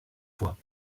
fois